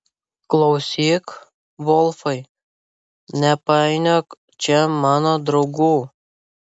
klausyk volfai nepainiok čia mano draugų